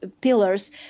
pillars